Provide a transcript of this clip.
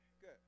good